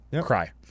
Cry